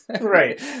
Right